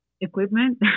equipment